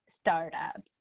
startups